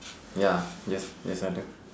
ya yes yes I do